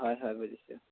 হয় হয় বুজিছোঁ